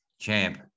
champ